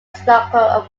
stoker